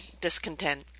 discontent